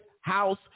House